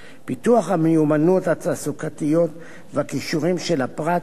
פיתוח המיומנויות התעסוקתיות והכישורים של הפרט הוא